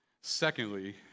Secondly